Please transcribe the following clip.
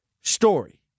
story